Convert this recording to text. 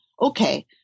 Okay